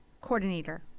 coordinator